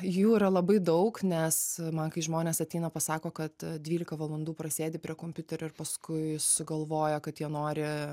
jų yra labai daug nes man kai žmonės ateina pasako kad dvylika valandų prasėdi prie kompiuterio ir paskui sugalvoja kad jie nori